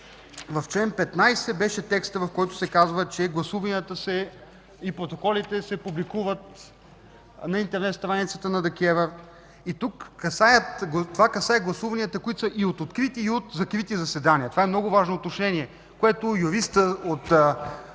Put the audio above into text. в чл. 15 беше текстът, в който се казва, че гласуванията и протоколите се публикуват на интернет страницата на ДКЕВР. Това касае и гласуванията, които са и от открити, и от закрити заседания. Това е много важно уточнение, което юристът от